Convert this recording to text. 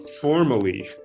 formally